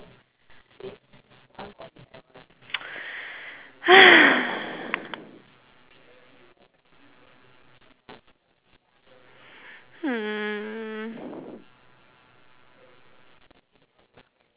mm